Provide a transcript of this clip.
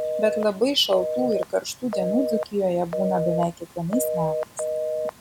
bet labai šaltų ir karštų dienų dzūkijoje būna beveik kiekvienais metais